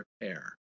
repair